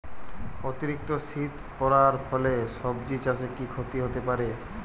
অতিরিক্ত শীত পরার ফলে সবজি চাষে কি ক্ষতি হতে পারে?